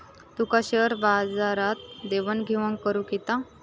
तुका share बाजारात देवाण घेवाण करुक येता?